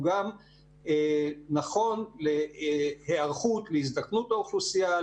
גם נכון להיערכות להזדקנות האוכלוסייה,